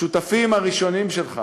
השותפים הראשונים שלך.